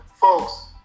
Folks